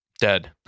dead